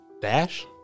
Dash